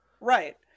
Right